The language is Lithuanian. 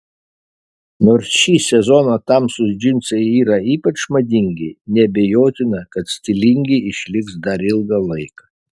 nors šį sezoną tamsūs džinsai yra ypač madingi neabejotina kad stilingi išliks dar ilgą laiką